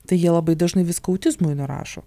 tai jie labai dažnai viską autizmui nurašo